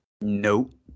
Nope